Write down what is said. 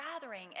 gathering